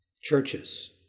churches